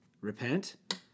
repent